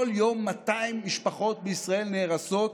כל יום 200 משפחות בישראל נהרסות.